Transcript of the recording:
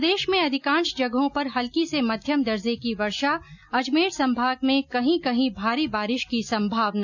प्रदेश में अधिकांश जगहों पर हल्की से मध्यम दर्जे की वर्षा अजमेर संभाग में कहीं कहीं भारी बारिश की संभावना